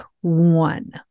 one